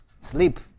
Sleep